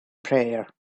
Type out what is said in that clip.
prayer